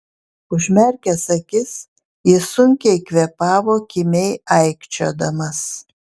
užmerkęs akis jis sunkiai kvėpavo kimiai aikčiodamas